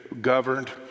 governed